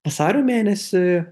vasario mėnesį